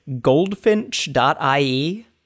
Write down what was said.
goldfinch.ie